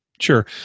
Sure